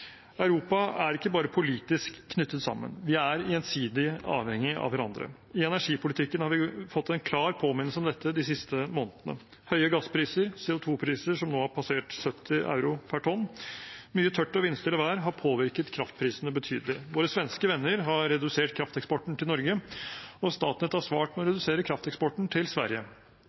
Europa er ikke bare politisk knyttet sammen. Vi er gjensidig avhengige av hverandre. I energipolitikken har vi fått en klar påminnelse om dette de siste månedene. Høye gasspriser, CO 2 -priser som nå har passert 70 euro per tonn og mye tørt og vindstille vær har påvirket kraftprisene betydelig. Våre svenske venner har redusert krafteksporten til Norge, og Statnett har svart med å redusere krafteksporten til Sverige.